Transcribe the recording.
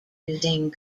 using